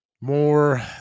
more